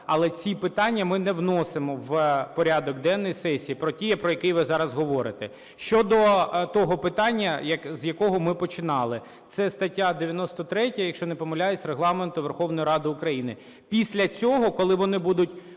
але ці питання ми не вносимо в порядок денний сесії, про ті, про які ви зараз говорите. Щодо того питання, з якого ми починали, це стаття 93, якщо не помиляюсь, Регламенту Верховної Ради України. Після цього, коли вони будуть